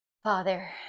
Father